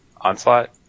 Onslaught